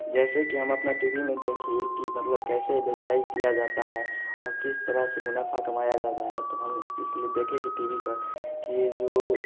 जैसे कि हम अपने टी वी में देखिए कि मतलब कैसे व्यवसाय किया जाता है और किस तरह से मुनाफ़ा कमाया जाता है तो हम इस लिए देखें कि टी वी पर कि जो